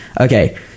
okay